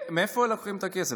מאיפה הם לוקחים את הכסף?